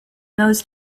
those